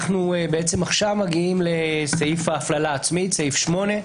אנחנו עכשיו מגיעים לסעיף ההפללה העצמי, סעיף 8,